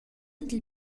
dil